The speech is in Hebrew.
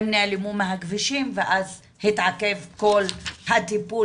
הם נעלמו מהכבישים ואז התעכב כל הטיפול